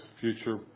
future